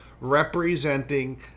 representing